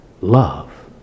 love